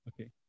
Okay